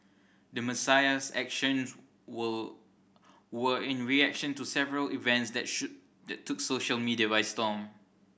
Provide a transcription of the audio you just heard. the Messiah's actions were were in reaction to several events that should took social media by storm